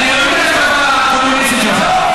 הקומוניסטית שלך,